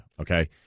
okay